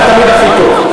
זה תמיד הכי טוב.